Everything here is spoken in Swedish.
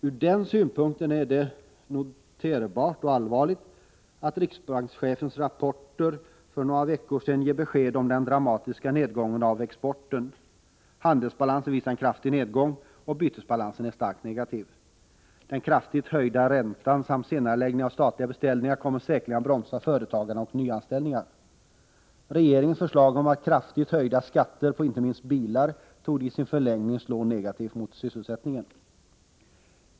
Ur den synpunkten är det noterbart och allvarligt att riksbankschefens rapporter för några veckor sedan gav besked om en dramatisk nedgång av exporten. Handelsbalansen visar en kraftig nedgång, och bytesbalansen är starkt negativ. Den kraftigt höjda räntan samt senareläggningen av statliga beställningar kommer säkerligen att bromsa företagande och nyanställningar. Regeringens förslag om kraftigt höjda skatter på inte minst bilar torde i sin förlängning slå negativt mot sysselsättningen.